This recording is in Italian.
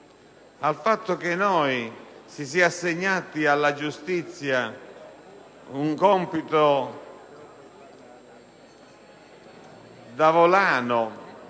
il fatto che abbiamo assegnato alla giustizia un compito da volano